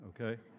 okay